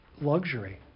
luxury